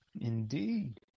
Indeed